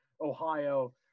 Ohio